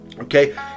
Okay